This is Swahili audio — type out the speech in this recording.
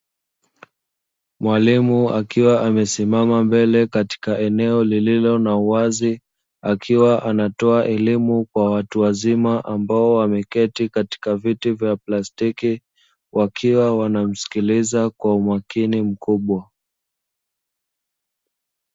Mwalimu akiwa amesimama mbele katika eneo lililo na uwazi akiwa anatoa elimu kwa watu wazima. Ambao wameketi katika viti vya plastiki wakiwa wanamsikiliza kwa umakini mkubwa.